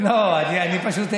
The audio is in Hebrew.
זה הסיפור.